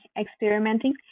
experimenting